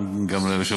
גם לך מגיע מזל טוב.